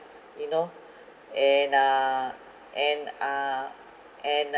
you know and um and uh and uh